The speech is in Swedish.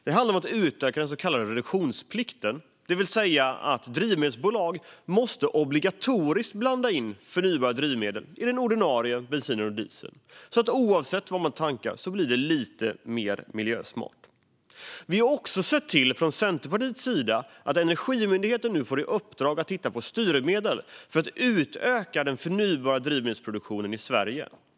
Det handlar om att utöka den så kallade reduktionsplikten, det vill säga att det ska vara obligatoriskt för drivmedelsbolag att blanda in förnybara drivmedel i den ordinarie bensinen och dieseln. Oavsett vad man tankar blir det då lite mer miljösmart. Vi har från Centerpartiet också sett till att Energimyndigheten nu får i uppdrag att titta på styrmedel för att utöka den förnybara drivmedelsproduktionen i Sverige.